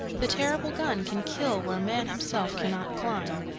the terrible gun can kill where man himself cannot climb,